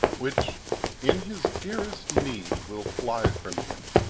which in his dearest need will fly from him.